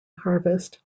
harvest